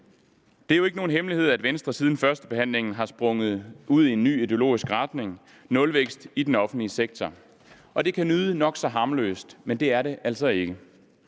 Det er jo ikke nogen hemmelighed, at Venstre siden førstebehandlingen er sprunget ud i en ny ideologisk retning: Nulvækst i den offentlige sektor. Det kan lyde nok så harmløst, men det er det altså ikke.